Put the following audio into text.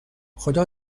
خدا